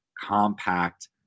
compact